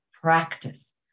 practice